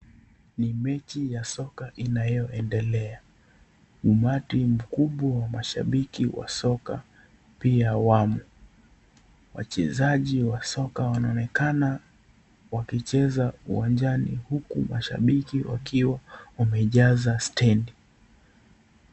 Ni mechi ya soka inayoendelea. Umati mkubwa wa mashabiki wa soka pia wamo. Wachezaji wa soka wanaonekana wakicheza uwanjani huku mashabiki wakiwa wamejaza stedi.